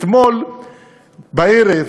אתמול בערב